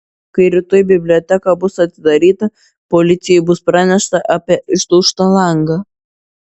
kai rytoj biblioteka bus atidaryta policijai bus pranešta apie išdaužtą langą